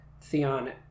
Theon